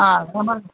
ആ പോന്നോള്